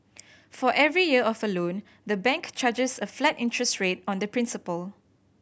for every year of a loan the bank charges a flat interest rate on the principal